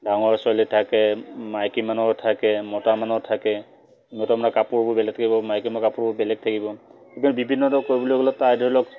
ডাঙৰ ছোৱালী থাকে মাইকী মানুহ থাকে মতা মানুহ থাকে মতা মানুহৰ কাপোৰবোৰ বেলেগ থাকিব মাইকী মানুহৰ কাপোৰবোৰ বেলেগ থাকিব বিভিন্ন ধৰক কৰিবলৈ গ'লে প্ৰায় ধৰি লওক